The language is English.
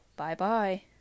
Bye-bye